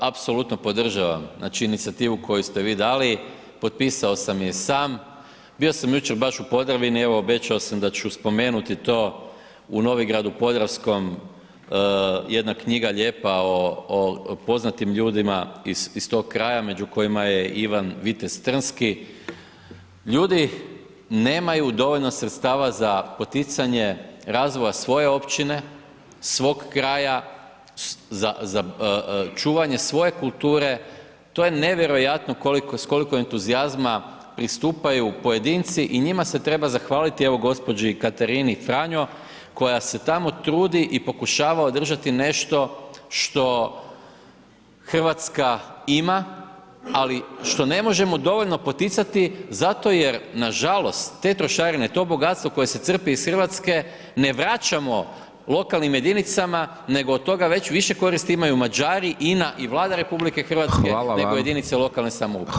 Ja to apsolutno podržavam, znači inicijativu koju ste vi dali, potpisao sam je i sam, bio sam jučer baš u Podravini, evo obećao sam da ću spomenuti to, u Novigradu Podravskom, jedna knjiga lijepa o poznatim ljudima iz tog kraja među kojima je Ivan Vitez Trnski, ljudi nemaju dovoljno sredstava za poticanje razvoja svoje općine, svog kraja, za čuvanje svoje kulture, to je nevjerojatno s koliko entuzijazma pristupaju pojedinci i njima se treba zahvaliti, evo gđi. Katarini Franjo koja se tamo trudi i pokušava održati nešto što Hrvatska ima, ali što ne možemo dovoljno poticati zato jer nažalost, te trošarine i to bogatstvo koje se crpi iz Hrvatske, ne vraćamo lokalnim jedinicama nego od toga već više koristi imaju Mađari, INA I Vlada RH, nego jedinice [[Upadica: Hvala vam.]] lokalne samouprave.